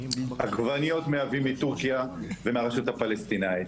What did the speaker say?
עגבניות מייבאים מטורקיה ומהרשות הפלסטינאית,